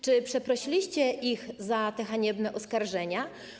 Czy przeprosiliście ich za te haniebne oskarżenia?